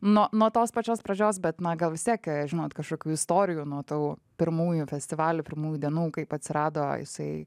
nuo nuo tos pačios pradžios bet na gal vis tiek žinot kažkokių istorijų nuo tų pirmųjų festivalių pirmųjų dienų kaip atsirado jisai